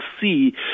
see